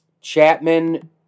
Chapman